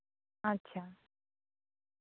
ᱟᱪᱪᱷᱟ